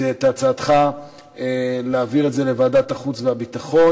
את הצעתך להעביר את הנושא לוועדת החוץ והביטחון.